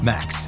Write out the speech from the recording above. Max